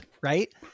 right